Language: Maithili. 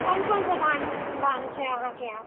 कोन कोन सा धान छै अहाँकेँ इहा